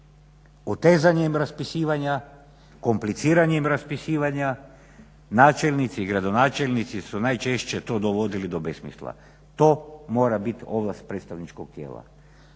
Otezanjem raspisivanja, kompliciranjem raspisivanja načelnici i gradonačelnici su najčešće to dovodili do besmisla. To mora bit ovlast predstavničkog tijela.